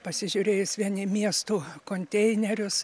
pasižiūrėjus vien į miestų konteinerius